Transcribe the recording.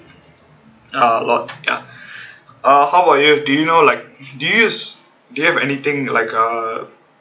a lot ya uh how about you do you know like do you use do you have anything like uh